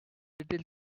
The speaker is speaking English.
little